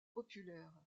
populaire